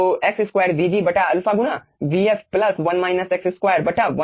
तो x2 vg alpha गुणा vf plus 1 alpha minus 1 ठीक